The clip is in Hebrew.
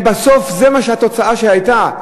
אם בסוף זו התוצאה שהייתה,